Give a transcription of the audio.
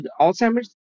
Alzheimer's